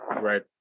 Right